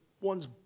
ones